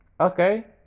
Okay